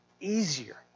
easier